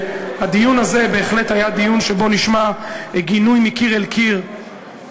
בדיון הזה בהחלט נשמע גינוי מקיר לקיר על כל